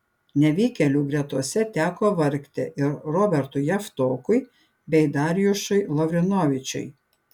nevykėlių gretose teko vargti ir robertui javtokui bei darjušui lavrinovičiui